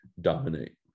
dominate